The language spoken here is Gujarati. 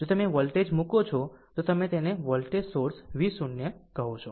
જો તમે વોલ્ટેજ મૂકો છો તો તમે તેને વોલ્ટેજ સોર્સ V0 કહો છો